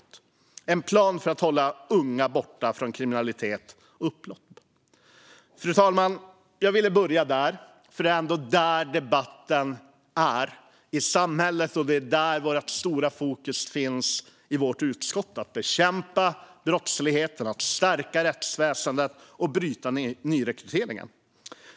Det är en plan för att hålla unga borta från kriminalitet och upplopp. Fru talman! Jag ville börja där eftersom det ändå är där som debatten är i samhället och eftersom det är där som vårt stora fokus finns i utskottet. Det är fråga om att bekämpa brottsligheten, stärka rättsväsendet och bryta nyrekryteringen.